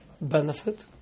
benefit